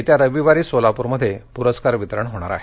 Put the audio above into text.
येत्या रविवारी सोलाप्रमध्ये पुरस्कार वितरण होणार आहे